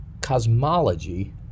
cosmology